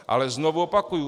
Ale znovu opakuji.